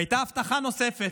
והייתה הבטחה נוספת,